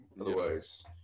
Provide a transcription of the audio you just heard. otherwise